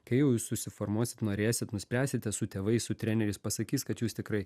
kai jau jūs susiformuosit norėsit nuspręsite su tėvais su treneriais pasakys kad jūs tikrai